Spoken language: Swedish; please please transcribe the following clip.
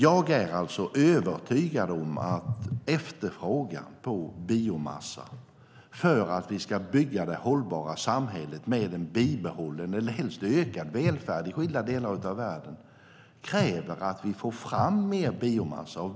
Jag är övertygad om efterfrågan på biomassa. För att vi ska kunna bygga hållbara samhällen med en bibehållen eller helst ökad välfärd i skilda delar av världen krävs att vi får fram mer biomassa.